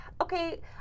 okay